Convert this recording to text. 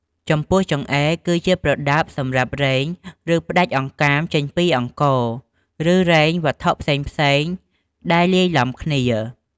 ចំពោះ ចង្អេរ គឺជាប្រដាប់សម្រាប់រែង ឬផ្ដាច់អង្កាមចេញពីអង្ករ ឬរែងវត្ថុផ្សេងៗដែលលាយឡំគ្នា។